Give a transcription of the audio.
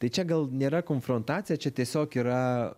tai čia gal nėra konfrontacija čia tiesiog yra